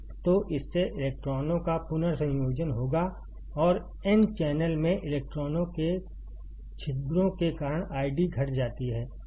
तो इससे इलेक्ट्रॉनों का पुनर्संयोजन होगा और एन चैनल में इलेक्ट्रॉनों के छिद्रों के कारण आईडी घट जाती है